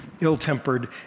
ill-tempered